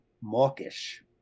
mawkish